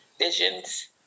visions